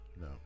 No